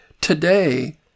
today